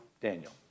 Daniel